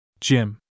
Jim